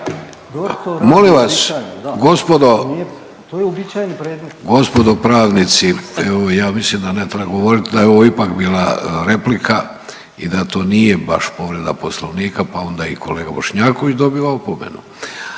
Molim vas gospodo, gospodo pravnici evo ja mislim da ne treba govorit da je ovo ipak bila replika i da to nije baš povreda Poslovnika pa onda i kolega Bošnjaković dobiva opomenu.